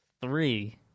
three